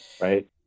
Right